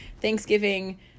Thanksgiving